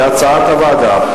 כהצעת הוועדה,